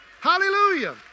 Hallelujah